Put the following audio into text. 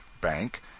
bank